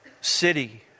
city